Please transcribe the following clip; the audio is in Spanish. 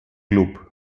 club